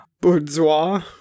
Bourgeois